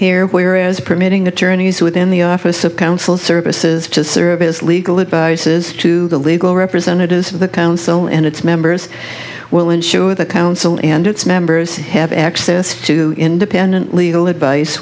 here whereas permitting attorneys within the office of council services to serve as legal advice is to the legal representatives of the council and its members will ensure that the council and its members have access to independent legal advice